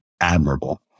admirable